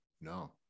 No